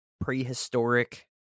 prehistoric